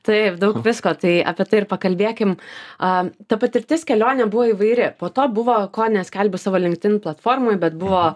taip daug visko tai apie tai ir pakalbėkim a ta patirtis kelionė buvo įvairi po to buvo kone skelbiu savo lenktyn platformoje bet buvo